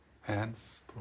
hands